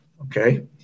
Okay